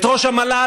את ראש המל"ל,